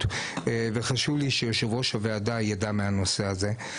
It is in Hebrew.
וחשוב לי שיושב ראש הוועדה יידע מהנושא הזה.